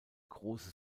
große